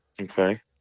Okay